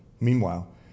Meanwhile